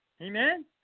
Amen